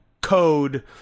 code